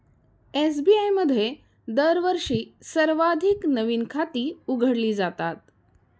SBI मध्ये दरवर्षी सर्वाधिक नवीन खाती उघडली जातात